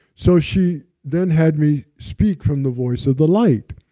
so she then had me speak from the voice of the light.